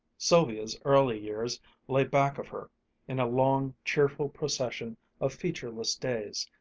sylvia's early years lay back of her in a long, cheerful procession of featureless days,